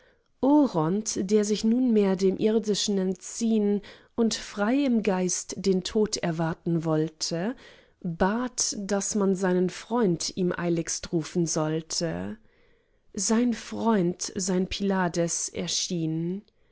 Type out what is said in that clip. der sich nunmehr dem irdischen entziehn und frei im geist den tod erwarten wollte bat daß man seinen freund ihm eiligst rufen sollte sein freund sein pylades erschien